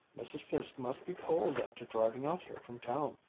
mrs. fiske must be cold after driving out here from town.